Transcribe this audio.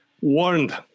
warned